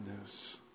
news